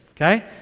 okay